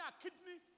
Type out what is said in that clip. kidney